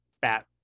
fat